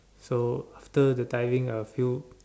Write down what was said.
so after the diving I'll feel